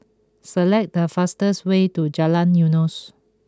select the fastest way to Jalan Eunos